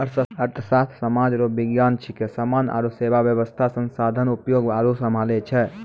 अर्थशास्त्र सामाज रो विज्ञान छिकै समान आरु सेवा वेवस्था संसाधन उपभोग आरु सम्हालै छै